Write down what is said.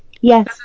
Yes